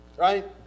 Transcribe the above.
right